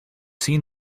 seen